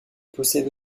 possède